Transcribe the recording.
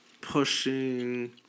pushing